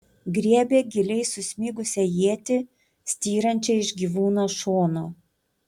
griebė giliai susmigusią ietį styrančią iš gyvūno šono